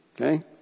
Okay